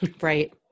Right